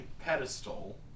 pedestal